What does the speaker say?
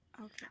Okay